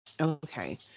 Okay